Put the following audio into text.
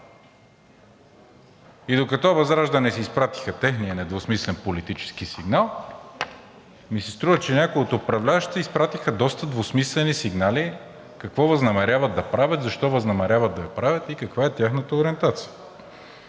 Докато ВЪЗРАЖДАНЕ си изпратиха техния недвусмислен политически сигнал, ми се струва, че някои от управляващите изпратиха доста двусмислени сигнали какво възнамеряват да правят, защо възнамеряват да правят и каква е тяхната ориентация.